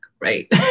right